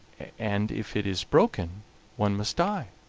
and if it is broken one must die